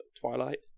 Twilight